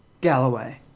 Galloway